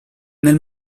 nel